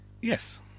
Yes